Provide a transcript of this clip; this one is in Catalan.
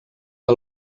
que